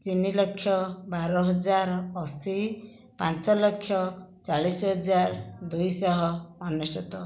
ତିନିଲକ୍ଷ ବାରହଜାର ଅଶି ପାଞ୍ଚଲକ୍ଷ ଚାଳିଶହଜାର ଦୁଇଶହ ଅନେଶ୍ୱତ